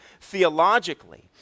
theologically